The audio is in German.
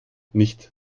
nicht